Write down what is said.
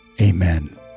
Amen